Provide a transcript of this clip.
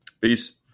Peace